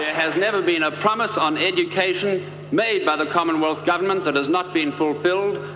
has never been a promise on education made by the commonwealth government that has not been fulfilled,